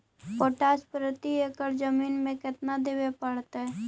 Potash प्रति एकड़ जमीन में केतना देबे पड़तै?